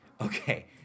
Okay